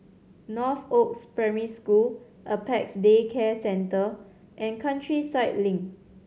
Northoaks Primary School Apex Day Care Centre and Countryside Link